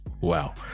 Wow